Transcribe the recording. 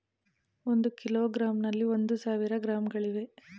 ಒಂದು ಕಿಲೋಗ್ರಾಂನಲ್ಲಿ ಒಂದು ಸಾವಿರ ಗ್ರಾಂಗಳಿವೆ